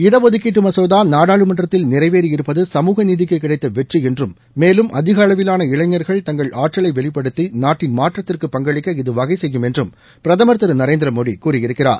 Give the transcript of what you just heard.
இடஒதுக்கீட்டு மசோதா நாடாளுமன்றத்தில் நிறைவேறியிருப்பது சமூக நீதிக்கு கிடைத்த வெற்றி என்றும் மேலும் அதிக அளவிலாள இளைஞர்கள் தங்கள் ஆற்றலை வெளிப்படுத்தி நாட்டின் மாற்றத்திற்கு பங்களிக்க இது வகைசெய்யும் என்றும் பிரதமர் திரு நரேந்திர மோடி கூறியிருக்கிறார்